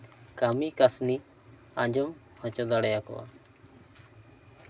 ᱠᱟᱹᱢᱤ ᱠᱟᱥᱱᱤ ᱟᱸᱡᱚᱢ ᱦᱚᱪᱚ ᱫᱟᱲᱮ ᱟᱠᱚᱣᱟ